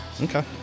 Okay